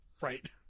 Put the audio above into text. Right